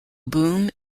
boom